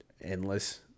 endless